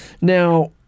Now